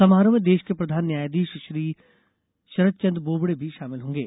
समारोह में देश के प्रधान न्यायाधीश श्री शरद चन्द्र बोबड़े भी शामिल होंगे